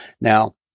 Now